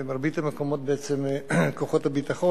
במרבית המקומות בעצם כוחות הביטחון,